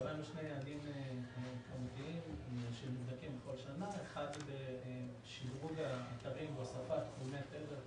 קבענו שני יעדים שנבדקים כל שנה כאשר האחד הוא שדרוג התדרים והוספת תדר.